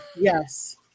Yes